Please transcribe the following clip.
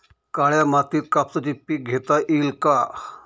काळ्या मातीत कापसाचे पीक घेता येईल का?